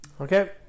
Okay